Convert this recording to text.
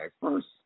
first